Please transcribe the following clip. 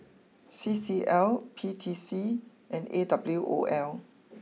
C C L P T C and A W O L